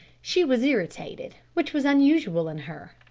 she was irritated, which was unusual in her.